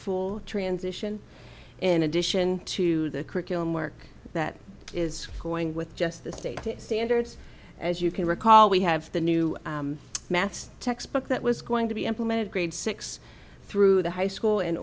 full transition in addition to the curriculum work that is going with just the state standards as you can recall we have the new math textbook that was going to be implemented grade six through the high school in